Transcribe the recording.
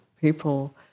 people